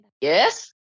Yes